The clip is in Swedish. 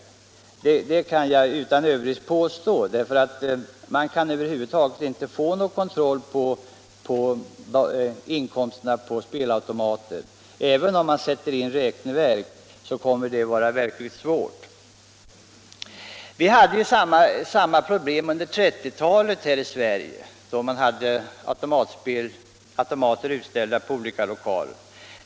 Och det är ingen överdrift att tala om okontrollerade pengar, för man kan över huvud taget inte få någon kontroll över inkomsterna på spelautomater; även om man sätter in räkneverk kommer det att vara verkligt svårt. Vi hade samma problem under 1930-talet här i Sverige, då automater fanns utställda i olika lokaler.